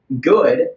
good